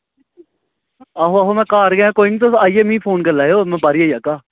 आहो में घर गै कोई गल्ल निं तुस मिगी फोन मारेओ में बाहर आई जाह्गा